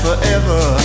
Forever